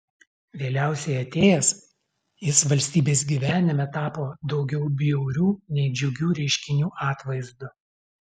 vėliausiai atėjęs jis valstybės gyvenime tapo daugiau bjaurių nei džiugių reiškinių atvaizdu